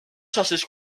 socis